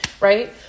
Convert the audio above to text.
right